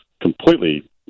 completely